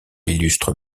illustre